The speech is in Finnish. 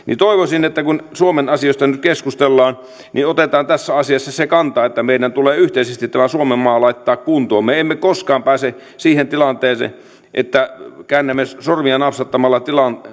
toivoisin että kun suomen asioista nyt keskustellaan niin otetaan tässä asiassa se kanta että meidän tulee yhteisesti tämä suomenmaa laittaa kuntoon me emme koskaan pääse siihen tilanteeseen että käännämme sormia napsauttamalla